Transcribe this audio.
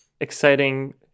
exciting